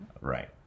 Right